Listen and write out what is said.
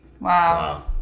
Wow